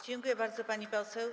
Dziękuję bardzo, pani poseł.